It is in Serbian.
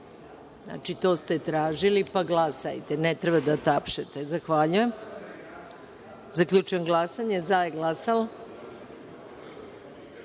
Znači, to ste tražili, pa glasajte. Ne treba da tapšete. Zahvaljujem. Zaključujem glasanje i saopštavam: